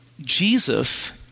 Jesus